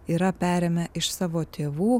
yra perėmę iš savo tėvų